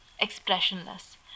expressionless